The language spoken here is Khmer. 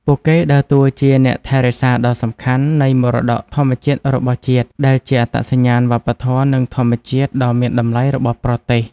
ពួកគេដើរតួជា អ្នកថែរក្សាដ៏សំខាន់ នៃមរតកធម្មជាតិរបស់ជាតិ ដែលជាអត្តសញ្ញាណវប្បធម៌ និងធម្មជាតិដ៏មានតម្លៃរបស់ប្រទេស។